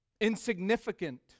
insignificant